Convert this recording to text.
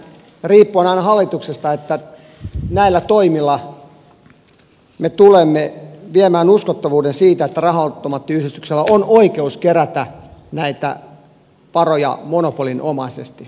minä pahoin pelkään että riippuen aina hallituksesta me tulemme näillä toimilla viemään uskottavuuden siltä että raha automaattiyhdistyksellä on oikeus kerätä näitä varoja monopolinomaisesti